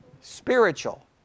spiritual